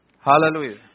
Hallelujah